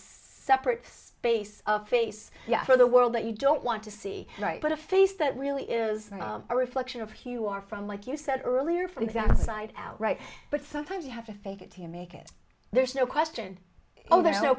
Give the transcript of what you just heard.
separate space of face for the world that you don't want to see right but a face that really is a reflection of hue are from like you said earlier from the outside right but sometimes you have to fake it to make it there's no question